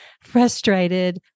frustrated